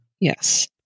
Yes